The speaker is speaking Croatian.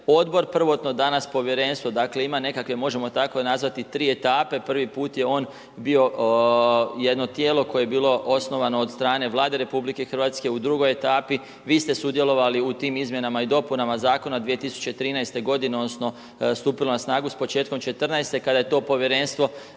Odbor prvotno danas Povjerenstvo, dakle ima nekakve, možemo tako nazvati tri etape. Prvi put je on bio jedno tijelo koje je bilo osnovano od strane Vlade RH. U drugoj etapi vi ste sudjelovali u tim izmjenama i dopunama Zakona od 2013. godine odnosno stupilo na snagu s početkom 2014. kada je to Povjerenstvo